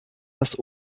das